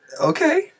Okay